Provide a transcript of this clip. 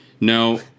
No